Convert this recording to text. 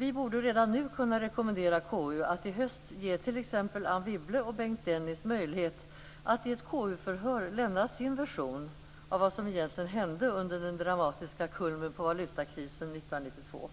Vi borde redan nu kunna rekommendera KU att i höst ge t.ex. Anne Wibble och Bengt Dennis möjlighet att i ett KU-förhör lämna sin version av vad som egentligen hände under den dramatiska kulmen på valutakrisen 1992.